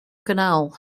canal